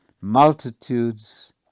multitudes